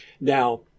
Now